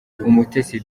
umutesi